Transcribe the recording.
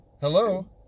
Hello